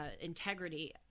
integrity